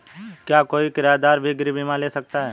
क्या कोई किराएदार भी गृह बीमा ले सकता है?